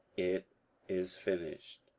it is finished.